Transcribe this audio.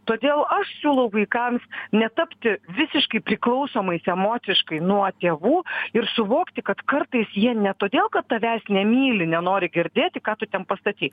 todėl aš siūlau vaikams netapti visiškai priklausomais emociškai nuo tėvų ir suvokti kad kartais jie ne todėl kad tavęs nemyli nenori girdėti ką tu ten pastatei